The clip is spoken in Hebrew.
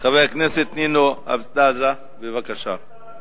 חברת הכנסת נינו אבסדזה, בבקשה.